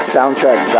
Soundtrack